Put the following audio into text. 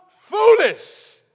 foolish